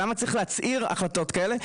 למה צריך להצהיר החלטות כאלה?